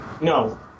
No